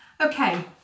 Okay